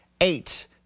eight